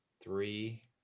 three